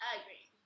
agree